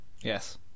yes